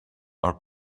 are